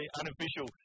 unofficial